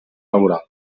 laboral